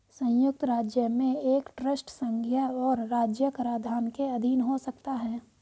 संयुक्त राज्य में एक ट्रस्ट संघीय और राज्य कराधान के अधीन हो सकता है